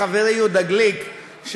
אני לא יודע מהיכן חברי יהודה גליק,